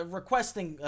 requesting